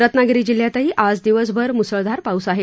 रत्नागिरी जिल्ह्यातही आज दिवसभर म्सळधार पाऊस आहे